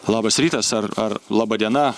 labas rytas ar ar laba diena